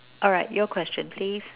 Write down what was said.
alright your question please